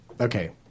Okay